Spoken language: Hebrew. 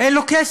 אין לו כסף,